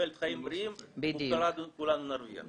תוחלת חיים בריאים כולנו נרוויח.